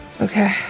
Okay